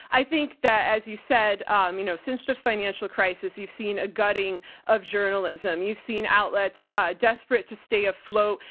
i think that as you said, um you know, since the financial crisis, you've seen a gutting of journalism. you've seen outlets desperate to stay afloat.